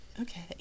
Okay